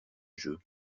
jeu